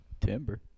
Timber